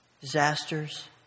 disasters